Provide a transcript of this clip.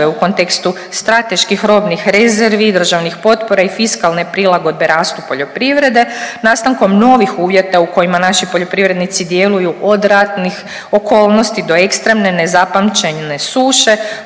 u kontekstu strateških robnih rezervi i državnih potpora i fiskalne prilagodbe rastu poljoprivrede nastankom novih uvjeta u kojima naši poljoprivrednici djeluju od ratnih okolnosti do ekstremne nezapamćene suše